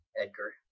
Edgar